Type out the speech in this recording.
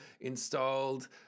installed